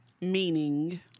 Meaning